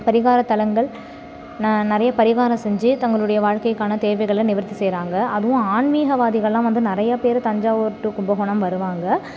பரிகாரத்தலங்கள் ந நிறைய பரிகாரம் செஞ்சி தங்களுடைய வாழ்க்கைக்கான தேவைகளை நிவர்த்தி செய்கிறாங்க அதுவும் ஆன்மீகவாதிகள்லாம் வந்து நிறையா பேர் தஞ்சாவூர் டூ கும்பகோணம் வருவாங்க